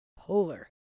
polar